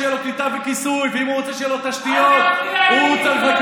שיהיו לו קליטה וכיסוי ואם הוא רוצה שיהיו לו תשתיות,